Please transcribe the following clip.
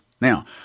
Now